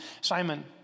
Simon